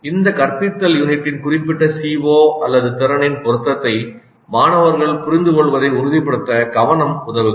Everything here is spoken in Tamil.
இந்த கற்பித்தல் யூனிட்டின் குறிப்பிட்ட CO திறனின் பொருத்தத்தை மாணவர்கள் புரிந்து கொள்வதை உறுதிப்படுத்த 'கவனம்' உதவுகிறது